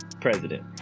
President